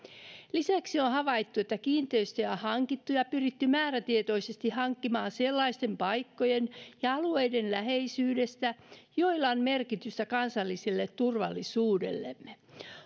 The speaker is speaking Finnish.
lisäksi on havaittu että kiinteistöjä on hankittu ja pyritty määrätietoisesti hankkimaan sellaisten paikkojen ja alueiden läheisyydestä joilla on merkitystä kansalliselle turvallisuudellemme